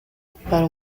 para